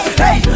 hey